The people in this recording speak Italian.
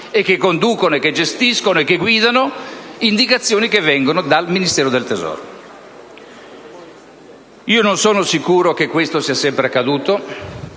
che conducono, che gestiscono e che guidano) indicazioni che provengono dal Ministero dell'economia. Io non sono sicuro che questo sia sempre accaduto;